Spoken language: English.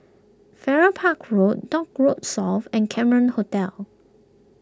Farrer Park Road Dock Road South and Cameron Hotel